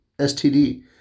STD